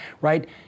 right